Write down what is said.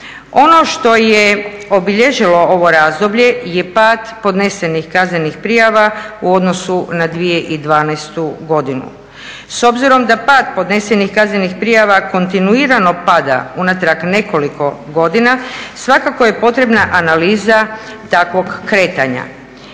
Ono što je obilježilo ovo razdoblje je pad podnesenih kaznenih prijava u odnosu na 2012. godinu. S obzirom da pad podnesenih kaznenih prijava kontinuirano pada unatrag nekoliko godina, svakako je potrebna analiza takvog kretanja.